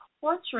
portrait